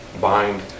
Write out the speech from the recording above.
bind